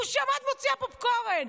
בושה, מה את מוציאה פופקורן?